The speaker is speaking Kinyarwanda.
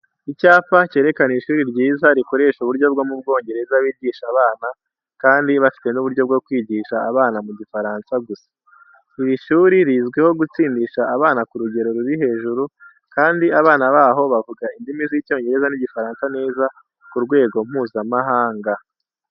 Icyapa cyerekana ishuri ryiza rikoresha uburyo bwo mu Bongereza bigisha abana, kandi bafite n'uburyo bwo kwigisha abana mu Gifaransa gusa. Iri shuri rizwiho gutsindisha abana ku rugero ruri hejuru, kandi abana baho bavuga indimi z'Icyongereza n'Igifaransa neza ku rwego Mpuzamahanga.